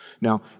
Now